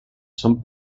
són